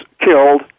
killed